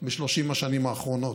ב-30 השנים האחרונות,